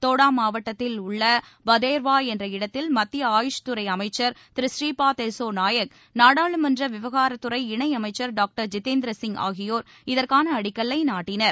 தோடா மாவட்டத்தில் உள்ள பாதேர்வா என்ற இடத்தில் மத்திய ஆயுஷ் துறை அமைச்சா் திரு ஸ்ரீபாத் எஸ்சோ நாயக் நாடாளுமன்ற விவகார துறை இணை அமைச்சர் டாக்டர் ஜித்தேந்திர சிங் ஆகியயோர் இதற்கான அடிக்கல்லை நாட்டினர்